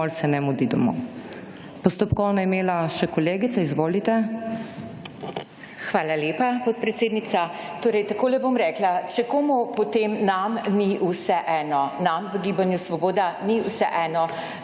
Hvala lepa, podpredsednica. Torej takole bom rekla. Če komu, potem nam ni vseeno. Nam v Gibanju Svoboda ni vseeno